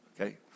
Okay